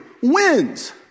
wins